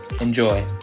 Enjoy